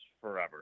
forever